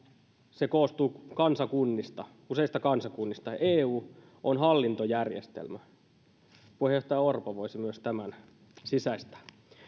se koostuu kansakunnista useista kansakunnista eu on hallintojärjestelmä myös puheenjohtaja orpo voisi tämän sisäistää